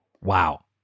Wow